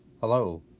Hello